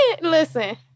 Listen